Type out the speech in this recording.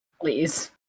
please